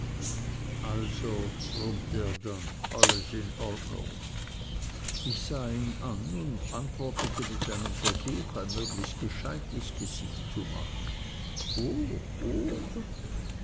also brummte er dann alles in ordnung ich sah ihn an und antwortete mit einem versuch ein möglichst gescheites gesicht zu machen o o